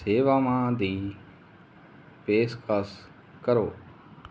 ਸੇਵਾਵਾਂ ਦੀ ਪੇਸ਼ਕਸ਼ ਕਰੋ